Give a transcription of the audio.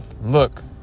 look